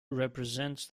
represents